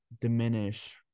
diminish